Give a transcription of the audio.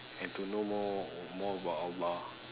and to know more more about Allah